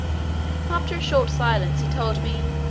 after a short silence, he told me,